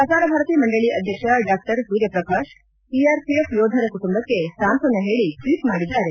ಪ್ರಸಾರ ಭಾರತಿ ಮಂಡಳ ಅಧ್ಯಕ್ಷ ಡಾ ಸೂರ್ಯ ಪ್ರಕಾಶ್ ಸಿಆರ್ಪಿಎಫ್ ಯೋಧರ ಕುಟುಂಬಕ್ಕೆ ಸಾಂತ್ವನ ಹೇಳಿ ಟ್ವೀಟ್ ಮಾಡಿದ್ದಾರೆ